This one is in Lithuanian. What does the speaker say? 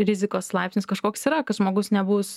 rizikos laipsnis kažkoks yra kad žmogus nebus